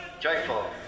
Joyful